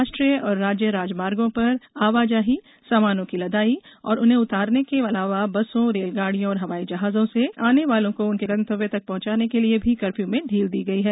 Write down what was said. राष्ट्रीय और राज्य राजमार्गों पर आवाजाही सामानों की लदाई और उन्हें उतारने के अलावा बसों रेलगाड़ियों और हवाई जहाजों से आने वालों को उनके गंतव्य तक पहुंचाने के लिए भी कर्फ्यू में ढील दी गई है